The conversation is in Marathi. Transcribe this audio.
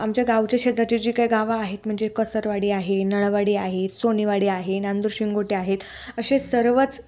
आमच्या गावच्या शेजारचे जे काही गावं आहेत म्हणजे कसतवाडी आहे नळवाडी आहे सोनीवाडी आहे नांदूर शिंगोटी आहे असे सर्वच